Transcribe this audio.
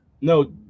No